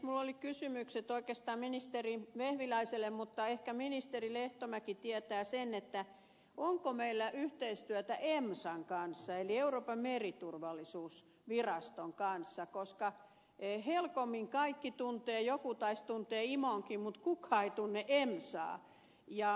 minulla oli kysymykset oikeastaan ministeri vehviläiselle mutta ehkä ministeri lehtomäki tietää sen onko meillä yhteistyötä emsan kanssa eli euroopan meriturvallisuusviraston kanssa koska helcomin kaikki tuntevat joku taisi tuntea imonkin mutta kukaan ei tunne emsaa